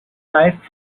flights